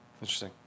Interesting